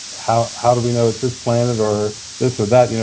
how how do we know it's this planet, or this or that, you know?